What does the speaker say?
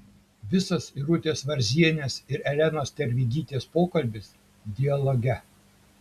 visas irutės varzienės ir elenos tervidytės pokalbis dialoge